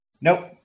Nope